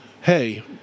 Hey